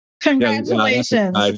Congratulations